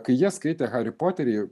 kai jie skaitė harį poterį